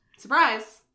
surprise